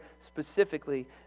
specifically